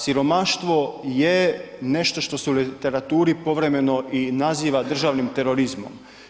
Siromaštvo je nešto što se u literaturi povremeno i naziva državnim terorizmom.